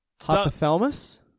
hypothalamus